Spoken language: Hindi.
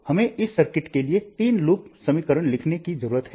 तो हमें इस सर्किट के लिए तीन लूप समीकरण लिखने की जरूरत है